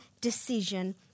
decision